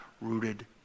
rooted